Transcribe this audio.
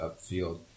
upfield